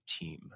team